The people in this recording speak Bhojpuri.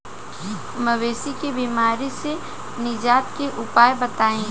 मवेशी के बिमारी से निजात के उपाय बताई?